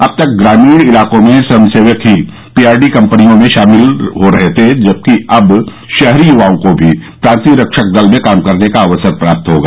अब तक ग्रामीण इलाकों के स्वयंसेवक ही पीआरडी कम्पनियों में शामिल हो रहे थे जबकि अब शहरी युवाओं को भी प्रांतीय रक्षक दल में काम करने का अवसर प्राप्त होगा